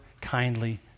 kindly